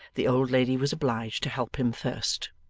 the old lady was obliged to help him first.